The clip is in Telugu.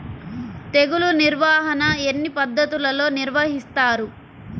తెగులు నిర్వాహణ ఎన్ని పద్ధతులలో నిర్వహిస్తారు?